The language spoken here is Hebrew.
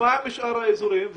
שאר האזורים?